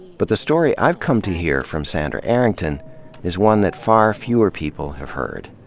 but the story i've come to hear from sandra arrington is one that far fewer people have heard.